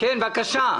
בבקשה.